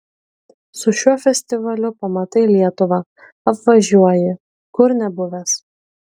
su šiuo festivaliu pamatai lietuvą apvažiuoji kur nebuvęs